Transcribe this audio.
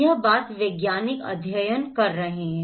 यह बात वैज्ञानिक अध्ययन कह रहे हैं